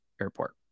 airport